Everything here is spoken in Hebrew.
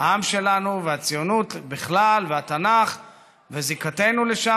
שלנו והציונות בכלל, והתנ"ך וזיקתנו לשם.